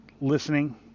listening